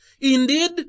Indeed